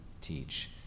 teach